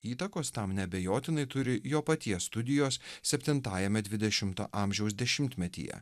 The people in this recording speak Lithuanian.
įtakos tam neabejotinai turi jo paties studijos septintajame dvidešimto amžiaus dešimtmetyje